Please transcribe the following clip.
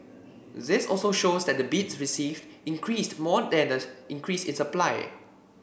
this also shows that the bids received increased more than the increase in supply